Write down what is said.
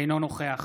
אינו נוכח